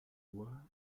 droit